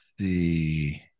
see